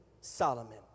Solomon